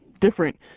different